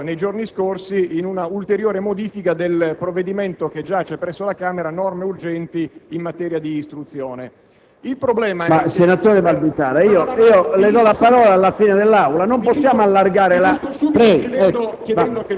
Questo palese errore è stato recepito nei giorni scorsi in una ulteriore modifica di un provvedimento che giace presso la Camera, recante «Norme urgenti in materia di istruzione».